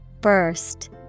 Burst